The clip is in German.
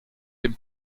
dem